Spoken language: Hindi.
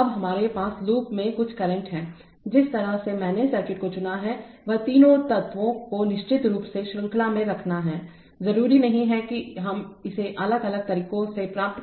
अबहमारे पास लूप में कुछ करंट है जिस तरह से मैंने सर्किट को चुना हैवह तीनों तत्वों को निश्चित रूप से श्रृंखला में रखना है जरूरी नहीं कि हम इसे अलग अलग तरीकों से प्राप्त